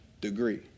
degree